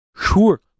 Sure